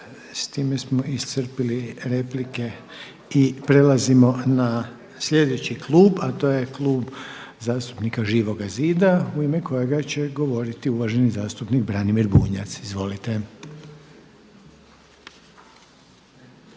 S time smo iscrpili replike i prelazimo na sljedeći klub, a to je Klub zastupnika Živoga zida u ime kojega će govoriti uvaženi zastupnik Branimir Bunjac. Izvolite.